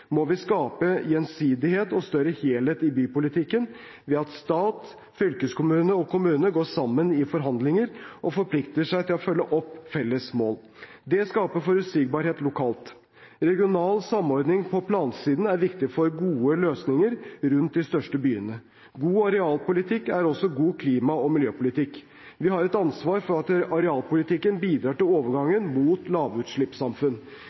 må vi skape gjensidighet og større helhet i bypolitikken ved at stat, fylkeskommune og kommune går sammen i forhandlinger og forplikter seg til å følge opp felles mål. Det skaper forutsigbarhet lokalt. Regional samordning på plansiden er viktig for gode løsninger rundt de største byene. God arealpolitikk er også god klima- og miljøpolitikk. Vi har et ansvar for at arealpolitikken bidrar til overgangen mot et lavutslippssamfunn.